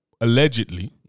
allegedly